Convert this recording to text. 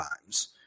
times